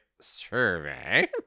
survey